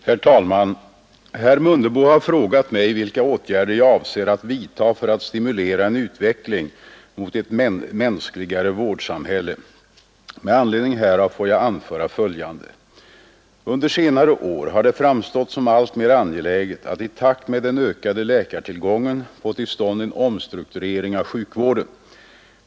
Herr talman! Herr Mundebo har frågat mig vilka åtgärder jag avser att vidta för att stimulera en utveckling mot ett mänskligare vårdsamhälle. Med anledning härav får jag anföra följande. Under senare år har det framstått som alltmer angeläget att i takt med den ökade läkartillgången få till stånd en omstrukturering av sjukvården.